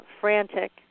frantic